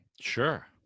Sure